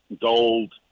gold